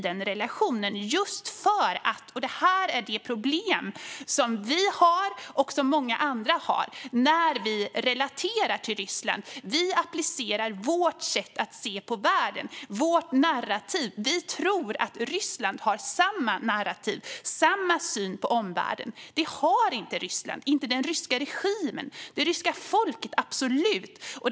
Det är det problem som vi har och som många andra har när vi relaterar till Ryssland. Vi applicerar vårt sätt att se på världen - vårt narrativ. Vi tror att Ryssland har samma narrativ och samma syn på omvärlden. Det har inte Ryssland - inte den ryska regimen. Det ryska folket har det absolut.